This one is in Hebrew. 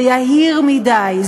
זה יהיר מדי,